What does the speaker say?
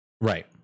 Right